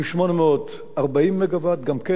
עם 840 מגוואט גם כן.